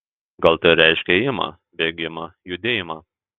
gal tai reiškia ėjimą bėgimą judėjimą